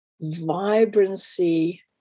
vibrancy